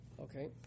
Okay